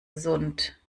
sunt